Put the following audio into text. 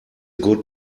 good